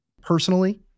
personally